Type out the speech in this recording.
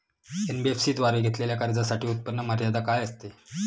NBFC द्वारे घेतलेल्या कर्जासाठी उत्पन्न मर्यादा काय असते?